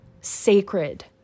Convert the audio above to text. sacred